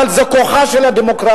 אבל זה כוחה של הדמוקרטיה.